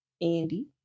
Andy